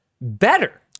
better